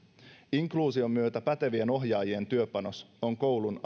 inkluusion myötä pätevien ohjaajien työpanos on koulun